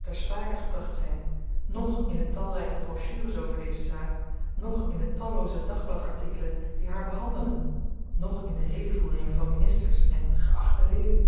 ter sprake gebracht zyn noch in de talryke brochures over deze zaak noch in de tallooze dagbladartikelen die haar behandelen noch in de redevoeringen van ministers en geachte leden